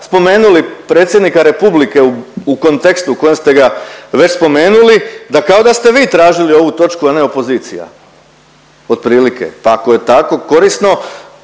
spomenuli Predsjednika Republike u kontekstu u kojem ste ga već spomenuli da kao da ste vi tražili ovu točku, a ne opozicija otprilike. Pa ako je tako korisno,